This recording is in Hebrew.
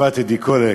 בתקופת טדי קולק,